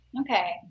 Okay